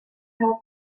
have